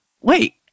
wait